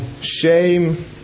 shame